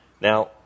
Now